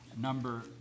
number